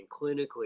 clinically